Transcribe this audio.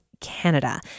Canada